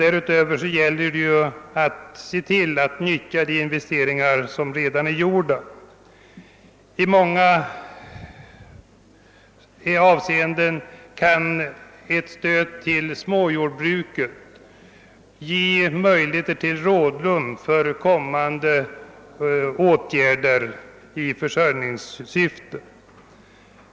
Därutöver gäller det att se till att utnyttja de investeringar som redan är gjorda. I många avseenden kan ett stöd till småjordbruket ge möjligheter till rådrum för kommande åtgärder i försörjningssyfte.